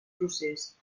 procés